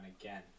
again